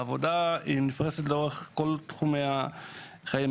העבודה מתפרסת על פני כל תחומי החיים,